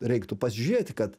reiktų pasižiūrėti kad